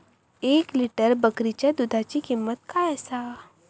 एक लिटर बकरीच्या दुधाची किंमत काय आसा?